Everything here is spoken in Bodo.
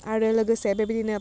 आरो लोगोसे बेबायदिनो